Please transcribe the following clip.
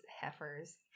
heifers